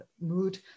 mood